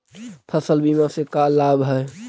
फसल बीमा से का लाभ है?